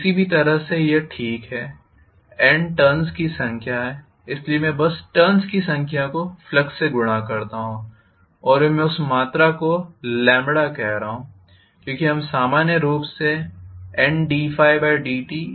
किसी भी तरह से यह ठीक है N टर्न्स की संख्या है इसलिए मैं बस टर्न्स की संख्या को फ्लक्स से गुणा करता हूं और मैं उस मात्रा को कह रहा हूं क्योंकि हम सामान्य रूप से Nddte लिखते है